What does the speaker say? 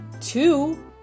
two